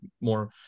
more